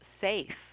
safe